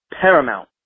paramount